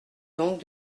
donc